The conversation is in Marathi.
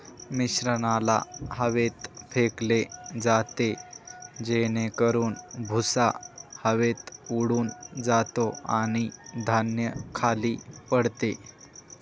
मिश्रणाला हवेत फेकले जाते जेणेकरून भुसा हवेत उडून जातो आणि धान्य खाली पडते